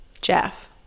Jeff